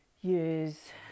use